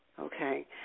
Okay